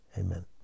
Amen